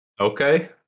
Okay